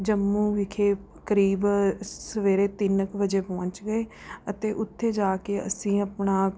ਜੰਮੂ ਵਿਖੇ ਕਰੀਬ ਸਵੇਰੇ ਤਿੰਨ ਕੁ ਵਜੇ ਪਹੁੰਚ ਗਏ ਅਤੇ ਉੱਥੇ ਜਾ ਕੇ ਅਸੀਂ ਆਪਣਾ